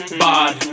bad